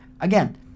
Again